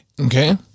Okay